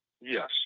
Yes